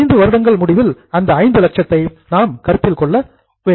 5 வருடங்கள் முடிவில் அந்த ஐந்து லட்சத்தை நாம் கருத்தில் கொள்வோம்